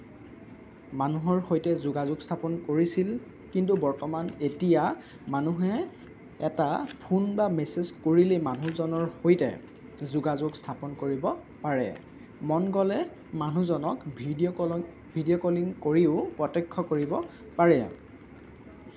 মানুহৰ সৈতে যোগাযোগ স্থাপন কৰিছিল কিন্তু বৰ্তমান এতিয়া মানুহে এটা ফোন বা মেছেজ কৰিলেই মানুহজনৰ সৈতে যোগাযোগ স্থাপন পৰিব পাৰে মন গ'লে মানুহজনক ভিডিঅ' কলত ভিডিঅ' কলিং কৰিও প্ৰতক্ষ্য কৰিব পাৰে